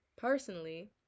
Personally